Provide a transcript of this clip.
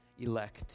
elect